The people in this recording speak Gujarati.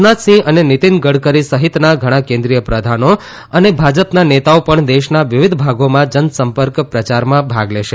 રાજનાથ સિંહ અને નીતિન ગડકરી સહિતના ઘણા કેન્દ્રીય પ્રધાનો અને ભાજપના નેતાઓ પણ દેશના વિવિધ ભાગોમાં જનસંપર્ક પ્રચારમાં ભાગ લેશે